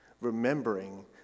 Remembering